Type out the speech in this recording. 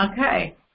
okay